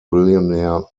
billionaire